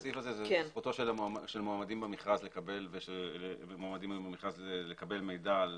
הסעיף הזה זה זכותו של מועמדים למכרז לקבל מידע על